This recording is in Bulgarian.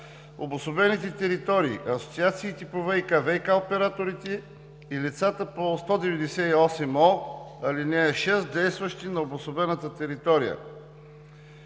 обособените територии, асоциациите по ВиК, ВиК операторите и лицата по чл. 198о, ал. 6, действащи на обособената територия.